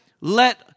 let